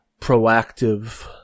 proactive